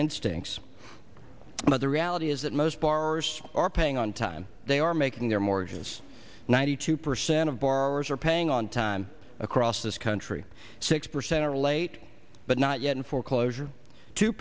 instincts but the reality is that most borrowers are paying on time they are making their mortgages ninety two percent of borrowers are paying on time across this country six percent relate but not yet in foreclosure two